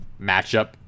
matchup